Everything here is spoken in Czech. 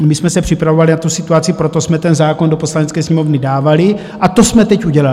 My jsme se připravovali na tu situaci, proto jsme ten zákon do Poslanecké sněmovny dávali, a to jsme teď udělali.